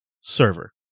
server